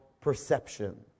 perception